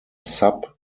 sub